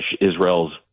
Israel's